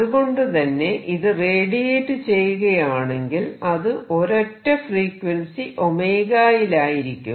അതുകൊണ്ടുതന്നെ ഇത് റേഡിയേറ്റ് ചെയ്യുകയാണെങ്കിൽ അത് ഒരൊറ്റ ഫ്രീക്വൻസി യിലായിരിക്കും